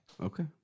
Okay